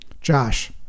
Josh